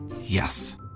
Yes